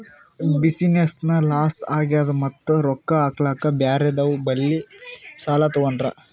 business loss ಆಗ್ಯಾದ್ ಮತ್ತ ರೊಕ್ಕಾ ಹಾಕ್ಲಾಕ್ ಬ್ಯಾರೆದವ್ ಬಲ್ಲಿ ಸಾಲಾ ತೊಗೊಂಡ್ರ